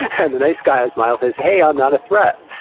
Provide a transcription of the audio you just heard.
and the nice guy smile says, hey, i'm not a threat.